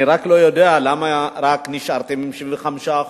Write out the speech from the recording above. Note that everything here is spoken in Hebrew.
אני רק לא יודע למה רק נשארתם עם 75%,